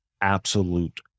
absolute